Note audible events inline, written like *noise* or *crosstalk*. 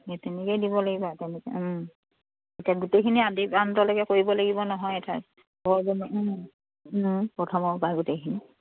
সেই তেনেকেই দিব লাগিবা আৰু তেনেকে এতিয়া গোটেইখিনি আদি আঠালৈকে কৰিব লাগিব নহয় এঠাইৰ *unintelligible* প্ৰথমৰ পৰা গোটেইখিনি